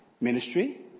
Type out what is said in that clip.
ministry